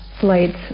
flights